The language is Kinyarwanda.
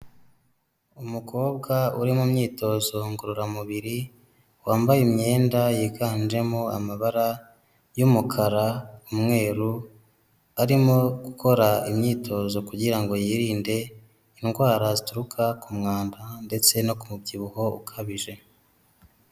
Umukobwa uri mu myitozo ngororamubiri wambaye imyenda yiganjemo amabara y'umukara, umweru, arimo gukora imyitozo kugira ngo yirinde indwara zituruka ku mwanda ndetse no ku mubyibuho ukabije.